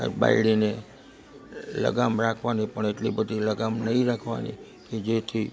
આવી બાયડીને લગામ રાખવાની પણ એટલી બધી લગામ નહીં રાખવાની કે જેથી